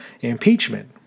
impeachment